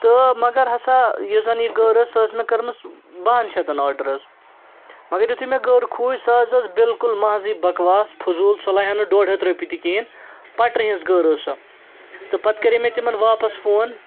تہٕ مگر ہسا یُس زَن یہِ گٔر ٲس سۄ ٲس مےٚ کٔرمٕژ بَہَن شَتَن آرڈَر حظ مگر یُتھُے مےٚ گٔر کھوٗج سۄ حظ ٲس بالکل محضٕے بَکواس فضوٗل سۄ لَوِ ہہ نہٕ ڈۄڈ ہَتھ رۄپیہِ تہِ کِہیٖنۍ پٹرِ ہِنٛز گٔر ٲس سۄ تہٕ پَتہٕ کَرے مےٚ تِمَن واپَس فون